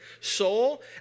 Soul